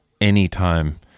anytime